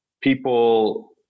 people